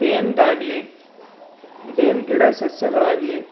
ಬೇವಿಂದಾಗ್ಲಿ ಬೇವಿಂದ್ ಗಿಡದ್ದು ಸಸ್ಯಗಳಾಗಲಿ